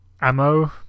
ammo